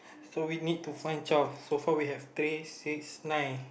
so we need to find twelve so far we have three six nine